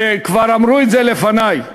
שכבר אמרו את זה לפני,